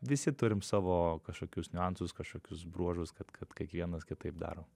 visi turim savo kažkokius niuansus kažkokius bruožus kad kad kiekvienas kitaip darom